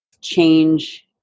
change